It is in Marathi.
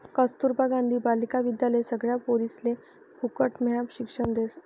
कस्तूरबा गांधी बालिका विद्यालय सगळ्या पोरिसले फुकटम्हा शिक्षण देस